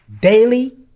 daily